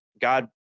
God